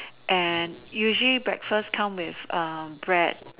and usually breakfast comes with um bread